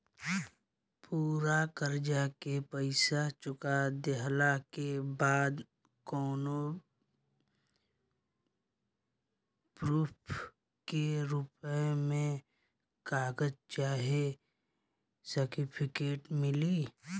पूरा कर्जा के पईसा चुका देहला के बाद कौनो प्रूफ के रूप में कागज चाहे सर्टिफिकेट मिली?